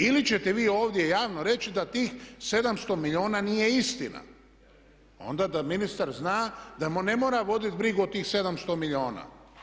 Ili ćete vi ovdje javno reći da tih 700 milijuna nije istina, onda da ministar zna da mu ne mora voditi brigu o tih 700 milijuna.